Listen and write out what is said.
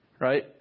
Right